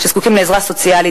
שזקוקים לעזרה סוציאלית,